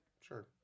Sure